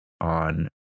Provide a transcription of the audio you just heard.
on